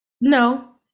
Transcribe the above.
no